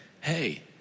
hey